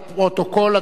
לפרוטוקול,